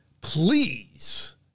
please